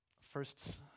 first